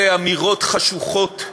אלה אמירות חשוכות,